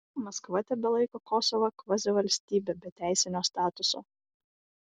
maskva tebelaiko kosovą kvazivalstybe be teisinio statuso